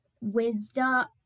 wisdom